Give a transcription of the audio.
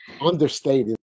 Understated